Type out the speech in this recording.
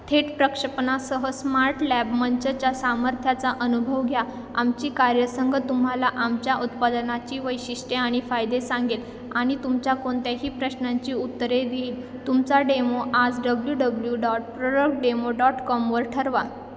थेट प्रक्षेपणासह smart lab मंचच्या सामर्थ्याचा अनुभव घ्या आमची कार्यसंघ तुम्हाला आमच्या उत्पादनाची वैशिष्ट्य आणि फायदे सांगेल आणि तुमच्या कोणत्याही प्रश्नांची उत्तरे देईन तुमचा डेमो आज W W dot product demo dot कॉमवर ठरवा